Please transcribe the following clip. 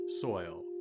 soil